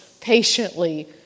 patiently